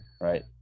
Right